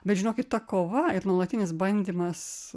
bet žinokit ta kova ir nuolatinis bandymas